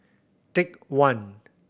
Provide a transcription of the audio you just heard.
Take One